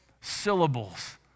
syllables